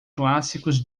clássicos